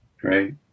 Great